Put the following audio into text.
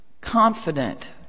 confident